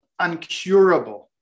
uncurable